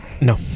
No